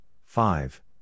five